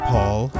Paul